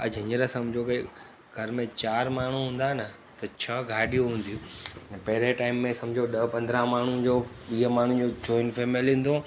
अॼु हीअंर सम्झो की घर में चारि माण्हू हूंदा न त छह गाॾियूं हूंदियूं ऐं पहिरियों टाइम में सम्झो ॾह पंद्रहं माण्हुनि जो वीह माण्हुनि जो जॉइन फैमिली ईंदो